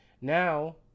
now